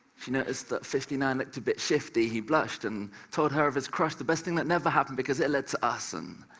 she noticed that fifty nine looked a bit shifty. he blushed, and told her of his crush the best thing that never happened because it led to us. and